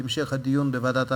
בהמשך הדיון בוועדת העבודה,